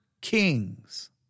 kings